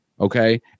okay